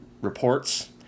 reports